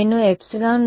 విద్యార్థి R0